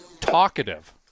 talkative